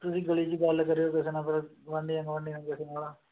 ਤੁਸੀਂ ਗਲੀ 'ਚ ਗੱਲ ਕਰਿਓ ਕਿਸੇ ਨਾਲ ਫਿਰ ਆਢੀਆਂ ਗੁਆਂਢੀਆਂ ਕਿਸੇ ਨਾਲ